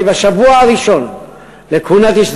בשבוע הראשון לכהונתי,